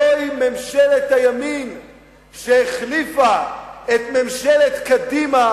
זוהי ממשלת הימין שהחליפה את ממשלת קדימה,